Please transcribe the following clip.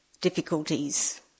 difficulties